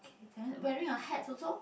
okay then wearing a hat also